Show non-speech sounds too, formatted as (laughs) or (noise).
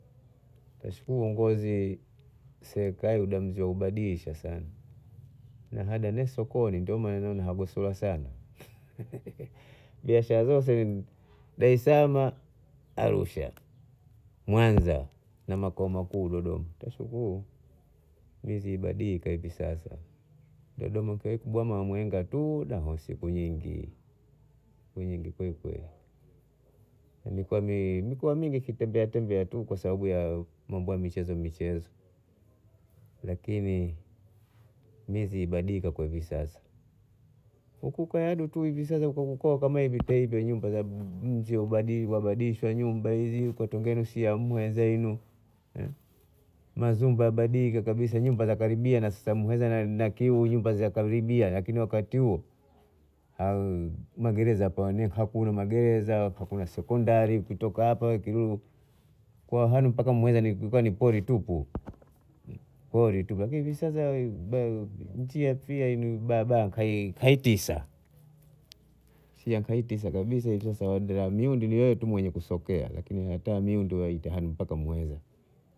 Nashukuru uongozi wa serikali uda mji wa ubadilisha sana na hada na sokoni ndo maana naona gosolwa sana (laughs) biashara zose Dar- es- salama, Arusha, Mwanza na makao makuu Dodoma tashukuru mizi ibadilika hivi sasa Dodoma kikai kubwa maimwenga tu naho siku nyingi kweli kweli mi- mikoa mingi kitembea tembea tu kwa sababu ya mambo ya michezo michezo lakini mizi ibadilika kwa hivi sasa huku kaya tu hivi sasa kwa kukua tu teite nyumba za mzi wa- za badilishwa nyumba hizi kwa kutengesha muheza hinu, mazumba ya badilika kabisa nyumba za karibia sasa na muheza na ninakiu za karibia lakini wakati huo (hesitation) magereza pane hakuna magereza hakuna sekondari ukitoka hapa pwani mpaka muheza ni pori tupu pori tu lakini hivi sasa (hesitation) nchi tu hii barabara haitisa sia kaitisa kabisa miundi ni wewe kusokea lakini hata miundi haita hanu mpaka muheza